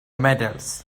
metals